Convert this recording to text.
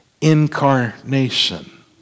incarnation